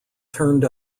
turned